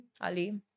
Ali